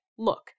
Look